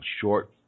short